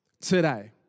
today